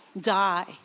die